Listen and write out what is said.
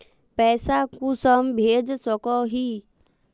पैसा कुंसम भेज सकोही?